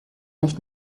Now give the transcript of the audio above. nicht